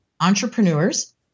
entrepreneurs